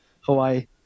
Hawaii